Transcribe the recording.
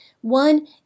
One